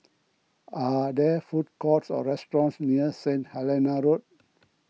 are there food courts or restaurants near Stain Helena Road